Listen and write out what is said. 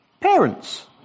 Parents